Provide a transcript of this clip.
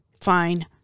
fine